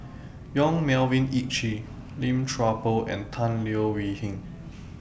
Yong Melvin Yik Chye Lim Chuan Poh and Tan Leo Wee Hin